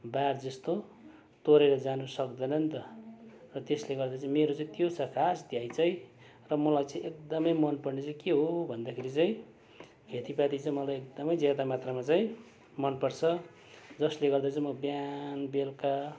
बार जस्तो तोडेर जान सक्दैन नि त र त्यसले गर्दा चाहिँ मेरो चाहिँ त्यो छ खास ध्यान चाहिँ र मलाई चाहिँ एकदमै मनपर्ने चाहिँ के हो भन्दाखेरि चाहिँ खेतीपाती चाहिँ मलाई एकदमै ज्यादा मात्रामा चाहिँ मनपर्छ जसले गर्दा चाहिँ म बिहान बेलुका